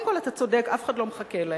קודם כול, אתה צודק, כי אף אחד לא מחכה להם.